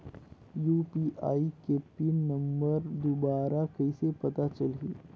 UPI के PIN number दुबारा कइसे पता चलही?